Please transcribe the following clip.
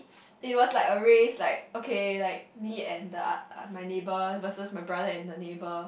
it was like a raise like okay like me and the my neighbour it was a my brother and the neighbour